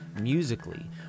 musically